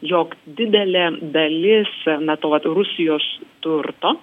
jog didelė dalis na to rusijos turto